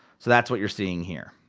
so that's what you're seeing here.